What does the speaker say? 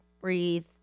breathe